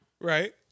right